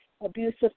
abusive